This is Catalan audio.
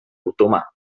otomà